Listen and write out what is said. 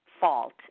fault